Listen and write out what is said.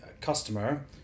customer